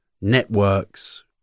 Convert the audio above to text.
networks